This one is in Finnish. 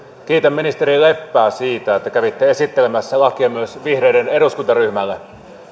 kiitän ministeri leppää siitä että kävitte esittelemässä lakia myös vihreiden eduskuntaryhmälle